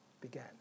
began